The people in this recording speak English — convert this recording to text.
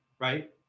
right